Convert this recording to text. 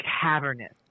cavernous